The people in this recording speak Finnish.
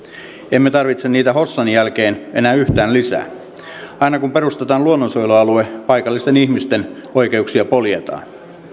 emme tarvitse niitä hossan jälkeen enää yhtään lisää aina kun perustetaan luonnonsuojelualue paikallisten ihmisten oikeuksia poljetaan